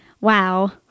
wow